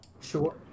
sure